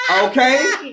Okay